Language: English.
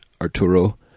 Arturo